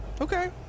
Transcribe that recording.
Okay